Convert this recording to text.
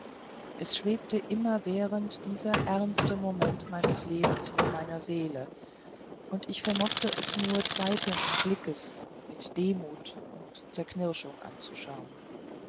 es schwebte immerwährend dieser ernste moment meines lebens vor meiner seele und ich vermocht es nur zweifelnden blickes mit demut und zerknirschung anzuschauen